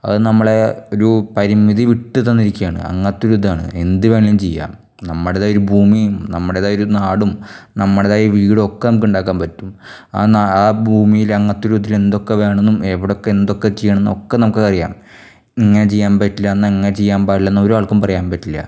അത് നമ്മളെ ഒരു പരിമിതി വിട്ട് തന്നിരിക്കാണ് അങ്ങനത്തെ ഒരു ഇതാണ് എന്ത് വേണേലും ചെയ്യാം നമ്മുടേതായ ഒരു ഭൂമിയും നമ്മുടേതായ ഒരു നാടും നമ്മുടേതായ വീടും ഒക്കെ നമുക്ക് ഉണ്ടാക്കാൻ അ നാ അ ഭൂമിയിൽ അങ്ങനത്തെ ഒരു ഇതിൽ എന്തൊക്കെ വേണമെന്നും എവിടെ എന്തൊക്കെ ചെയ്യണംന്ന് ഒക്കെ നമുക്കറിയാം ഇങ്ങനെ ചെയ്യാൻ പറ്റില്ല എന്നാൽ ഇങ്ങനെ ചെയ്യാൻ പാടില്ലാന്ന് ഓരൾക്കും പറയാൻ പറ്റില്ല